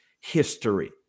history